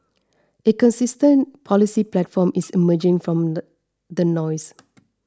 a consistent policy platform is emerging from the the noise